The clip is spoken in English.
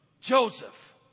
Joseph